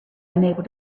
unable